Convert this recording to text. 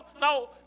now